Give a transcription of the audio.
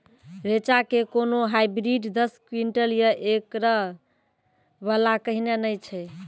रेचा के कोनो हाइब्रिड दस क्विंटल या एकरऽ वाला कहिने नैय छै?